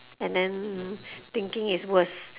and then thinking is worse